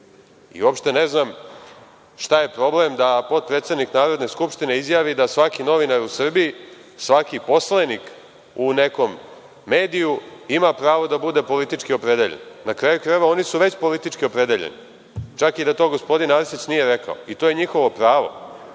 Srbije. Uopšte ne znam šta je problem da potpredsednik Narodne skupštine izjavi da svaki novinar u Srbiji, svaki poslenik u nekom mediju, ima pravo da bude politički opredeljen. Na kraju krajeva, oni su već politički opredeljeni, čak i da to gospodin Arsić nije rekao, i to je njihovo pravo.